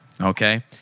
Okay